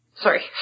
Sorry